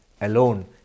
alone